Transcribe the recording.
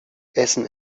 essen